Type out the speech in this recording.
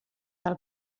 del